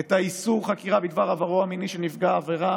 את איסור החקירה בדבר עברו המיני של נפגע עבירה